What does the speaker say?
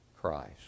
Christ